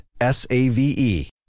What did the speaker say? S-A-V-E